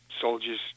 soldiers